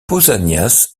pausanias